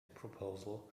proposal